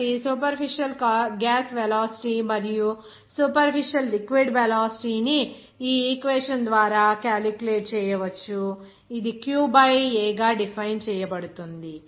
కాబట్టి superficial gas velocity మరియు superficial liquid velocity ని ఈ ఈక్వేషన్ ద్వారా క్యాలిక్యులేట్ చేయవచ్చు ఇది Q బై A గా డిఫైన్ చేయబడుతుంది